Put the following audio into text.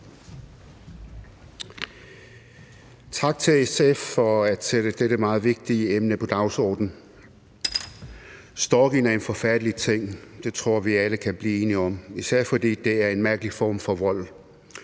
Tak til SF for at sætte dette meget vigtige emne på dagsordenen. Stalking er en forfærdelig ting – det tror jeg vi alle kan blive enige om – især fordi det er en mærkelig form for vold: